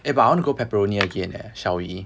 eh but I wanna go pepperoni again eh shall we